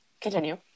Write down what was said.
Continue